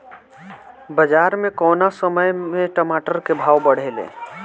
बाजार मे कौना समय मे टमाटर के भाव बढ़ेले?